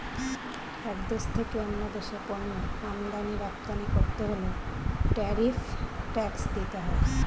এক দেশ থেকে অন্য দেশে পণ্য আমদানি রপ্তানি করতে হলে ট্যারিফ ট্যাক্স দিতে হয়